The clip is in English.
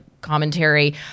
commentary